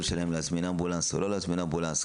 שלהם להזמין אמבולנס או לא להזמין אמבולנס,